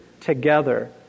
together